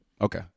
Okay